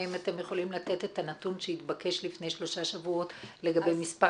האם אתם יכולים לתת את הנתון שהתבקש לפני שלושה שבועות לגבי מספר